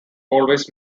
always